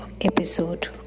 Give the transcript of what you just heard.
episode